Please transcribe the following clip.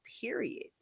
period